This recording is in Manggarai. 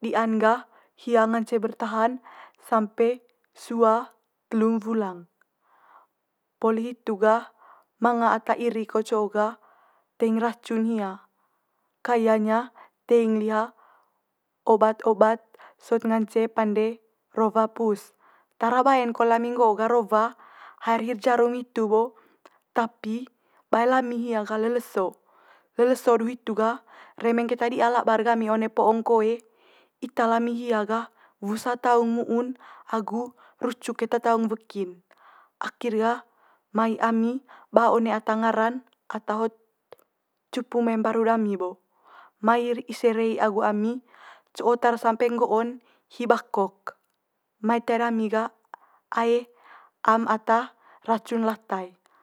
Di'an gah hia ngance bertahan sampe sua telu'n wulang. Poli hitu gah manga ata iri ko co'o gah teing racun hia. Kayanya teing liha obat obat sot ngance pande rowa pus. Tara bae'n kole lami nggo gah rowa, haer hi jarum hitu bo, tapi bae lami hia gah le leso. Le leso du hitu gah remeng di'a keta labar gami one po'ong koe, ita lami hia gah wusa taung mu'un agu rucuk keta taung weki'n. Akhir gah mai ami ba one ata ngara'n ata hot cupu mai mbaru dami bo. Mai ise rei agu ami co tara sampe nggo'on hi bakok, mai tae dami gah aeh am ata racun lata i.